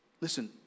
Listen